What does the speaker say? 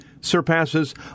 surpasses